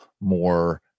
more